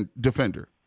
defender